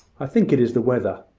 i think it is the weather.